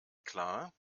klar